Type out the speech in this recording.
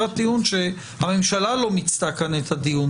הטיעון שהממשלה לא מיצתה כאן את הדיון,